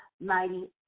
mighty